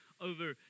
over